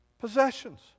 possessions